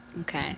Okay